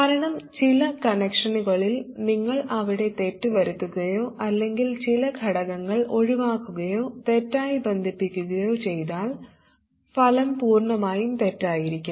കാരണം ചില കണക്ഷനുകളിൽ നിങ്ങൾ അവിടെ തെറ്റ് വരുത്തുകയോ അല്ലെങ്കിൽ ചില ഘടകങ്ങൾ ഒഴിവാക്കുകയോ തെറ്റായി ബന്ധിപ്പിക്കുകയോ ചെയ്താൽ ഫലം പൂർണ്ണമായും തെറ്റായിരിക്കും